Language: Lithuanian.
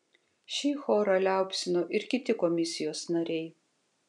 šį chorą liaupsino ir kiti komisijos nariai